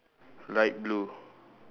light blue